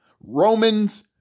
Romans